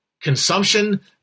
consumption